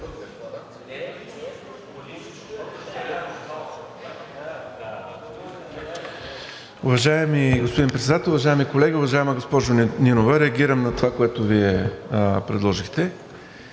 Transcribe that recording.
Уважаеми господин Председател, уважаеми колеги, уважаема госпожо Нинова! Реагирам на това, което Вие предложихте,